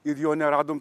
ir jo neradom